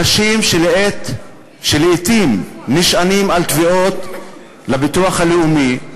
אנשים שלעתים נשענים על תביעות לביטוח הלאומי.